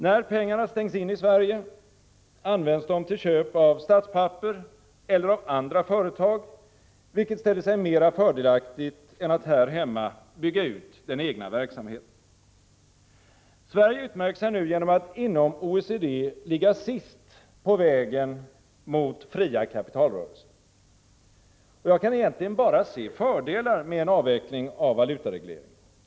När pengarna stängs in i Sverige används de till köp av statspapper eller av andra företag, vilket ställer sig mera fördelaktigt än att här hemma bygga ut den egna verksamheten. Sverige utmärker sig nu genom att inom OECD ligga sist på vägen mot fria kapitalrörelser. Jag kan egentligen bara se fördelar med en avveckling av valutaregleringen.